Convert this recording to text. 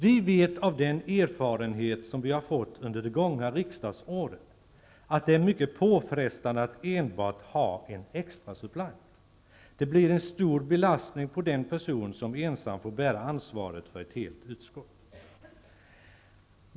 Vi vet av den erfarenhet som vi har fått under det gångna riksdagsåret att det är mycket påfrestande att enbart ha en extrasuppleant. Det blir en stor belastning på den person som ensam får bära ansvaret för ett helt utskott.